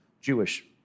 Jewish